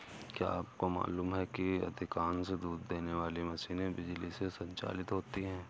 क्या आपको मालूम है कि अधिकांश दूध देने वाली मशीनें बिजली से संचालित होती हैं?